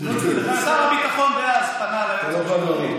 שר הביטחון דאז פנה ליועץ המשפטי,